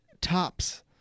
tops